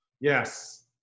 Yes